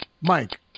Mike